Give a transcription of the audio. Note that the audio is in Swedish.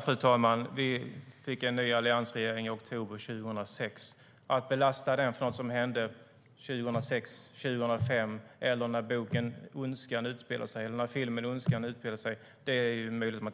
Fru talman! Vi fick en ny alliansregering i oktober 2006. Det är möjligt att man kan belasta regeringen för vad som hände 2006, 2005 eller när boken och filmen Ondskan utspelar